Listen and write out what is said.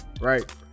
right